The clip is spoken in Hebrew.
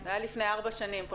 זה היה לפני ארבע שנים.